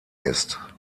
ist